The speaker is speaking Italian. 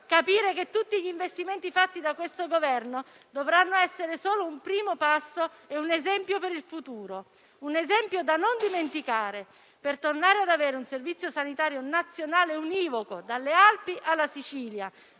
capire che tutti gli investimenti fatti da questo Governo dovranno essere solo un primo passo e un esempio per il futuro, un esempio da non dimenticare per tornare ad avere un Servizio sanitario nazionale univoco dalle Alpi alla Sicilia,